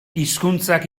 hizkuntzak